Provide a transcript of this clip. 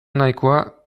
nahikoa